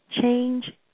Change